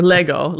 Lego